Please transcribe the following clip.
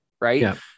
Right